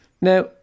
Now